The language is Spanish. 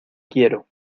quiero